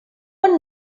one